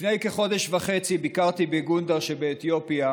לפני כחודש וחצי ביקרתי בגונדר שבאתיופיה,